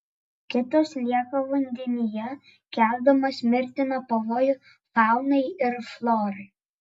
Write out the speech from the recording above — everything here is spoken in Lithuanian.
kitos lieka vandenyje keldamos mirtiną pavojų faunai ir florai